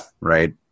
right